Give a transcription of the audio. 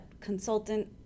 consultant